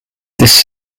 this